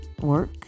work